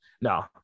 no